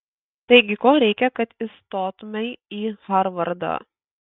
taigi ko reikia kad įstotumei į harvardą